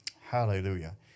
hallelujah